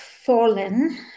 fallen